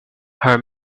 her